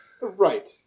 Right